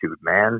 man